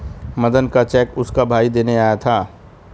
मदन का चेक उसका भाई देने आया था